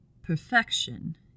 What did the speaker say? Perfection